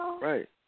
Right